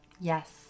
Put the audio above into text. Yes